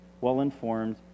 well-informed